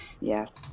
Yes